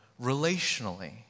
relationally